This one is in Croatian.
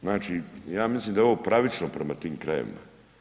Znači, ja mislim da je ovo pravično prema tim krajevima.